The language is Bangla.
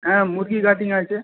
হ্যাঁ মুরগি কাটিং আছে